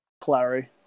clary